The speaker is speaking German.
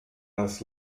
das